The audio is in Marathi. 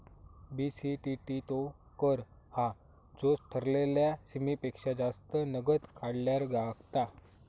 बी.सी.टी.टी तो कर हा जो ठरलेल्या सीमेपेक्षा जास्त नगद काढल्यार लागता